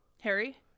Harry